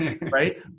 right